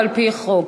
על-פי חוק.